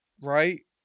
Right